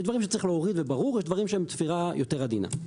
יש דברים שצריך להוריד וברור ויש דברים שהם תפירה יותר עדינה.